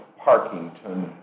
Parkington